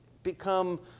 become